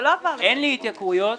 אין לי התייקרויות.